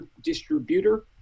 distributor